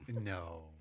No